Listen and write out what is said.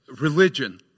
religion